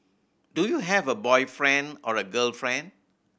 do you have a boyfriend or a girlfriend